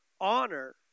honor